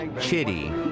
Chitty